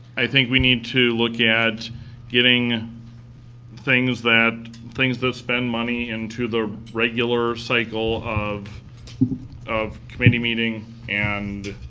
i think we need to look at getting things that things that spend money into the regular cycle of of committee meeting and